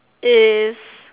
is